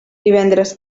divendres